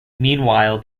meanwhile